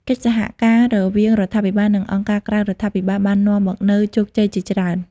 កិច្ចសហការរវាងរដ្ឋាភិបាល និងអង្គការក្រៅរដ្ឋាភិបាលបាននាំមកនូវជោគជ័យជាច្រើន។